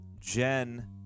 Jen